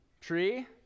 tree